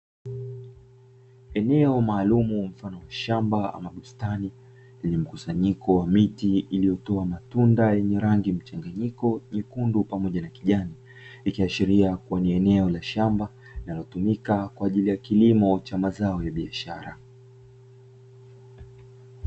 Eneo maalumu mfano wa shambani ama bustani yenye mkusanyiko wa miti iliyotoa matunda yenye rangi mchanganyiko nyekundu pamoja na kijani, ikiashiria kuwa ni eneo la shamba linalotumika kwa ajili ya kilimo cha mazao ya biashara.